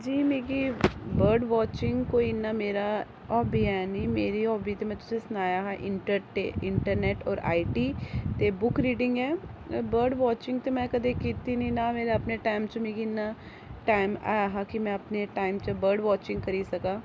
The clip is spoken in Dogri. जी मिगी बर्ड वाचिंग कोई इन्ना मेरे हाॅबी है नी मेरी हाॅबी ते में तुसें गी सनाया हा कि इंटरनेंट ते और आई टी और बुक्क रीडिंग और बर्ड वाचिंग ते में कदे कीती नी नां में अपने टाइम च मिगी इन्ना टाइम ऐ हा के में अपने टाइम च बर्ड वाचिंग करी सकां